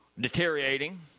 Deteriorating